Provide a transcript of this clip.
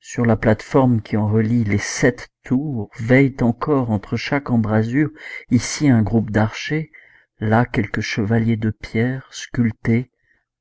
sur la plate-forme qui en relie les sept tours veillent encore entre chaque embrasure ici un groupe d'archers là quelque chevalier de pierre sculptés